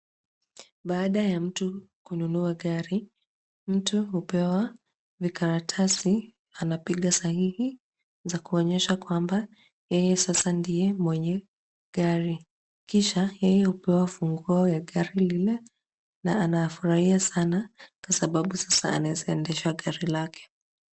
Baada ya mtu kununua gari, mtu hupewa vikaratasi anapiga sahihi za kuonyesha kwamba yeye sasa ndiye mwenye gari. Kisha yeye hupewa funguo ya gari lile na anafurahia sana kwa sababu sasa anaweza endesha gari lake.